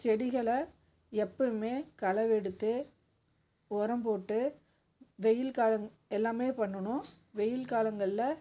செடிகளை எப்பவுமே களவெடுத்து உரம் போட்டு வெயில் காலங் எல்லாமே பண்ணணும் வெயில் காலங்கள்ல